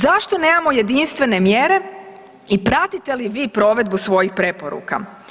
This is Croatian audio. Zašto nemamo jedinstvene mjere i pratite li vi provedbu svojih preporuka?